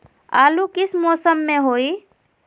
आलू किस मौसम में होई?